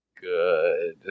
Good